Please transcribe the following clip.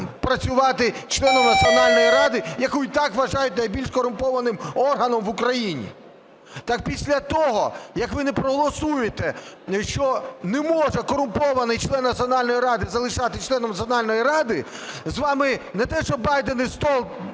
працювати членом Національної ради, яку і так вважають найбільш корумпованим органом в Україні? Так після того, як ви не проголосуєте, що не може корумпований член Національної ради залишатись членом Національної ради, з вами не те, що Байдени і